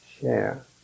share